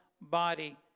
body